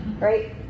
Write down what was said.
right